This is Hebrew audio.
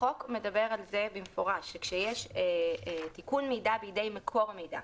החוק מדבר במפורש על תיקון מידע בידי מקור המידע,